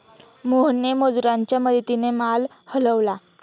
मोहनने मजुरांच्या मदतीने माल हलवला